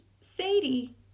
Sadie